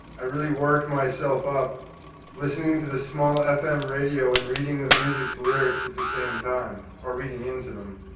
i really worked myself up listening to the small fm radio and reading the music's lyrics at the same time, or reading into them.